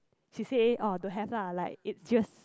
she say oh don't have lah like is just